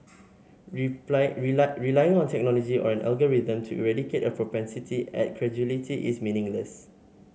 relying on technology or an algorithm to eradicate a propensity at credulity is meaningless